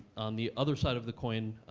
on the other side of the coin,